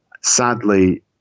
sadly